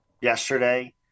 yesterday